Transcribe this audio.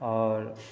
आओर